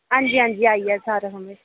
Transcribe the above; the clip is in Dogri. हां जी हां जी आई गेआ सारे सामनै